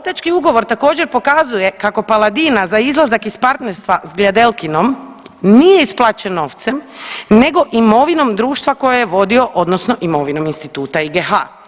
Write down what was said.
Ortački ugovor također, pokazuje kako Paladina za izlazak iz partnerstva s Gljadelkinom nije isplaćen novcem nego imovinom društva koje je vodio, odnosno imovinom instituta IGH.